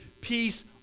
peace